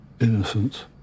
Innocence